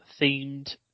themed